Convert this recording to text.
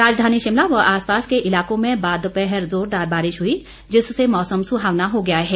राजधानी शिमला व आस पास के इलाकों में बाद दोपहर जोरदार बारिश हुई जिससे मौसम सुहावना हो गया है